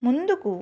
ముందుకు